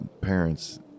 parents